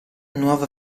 nuova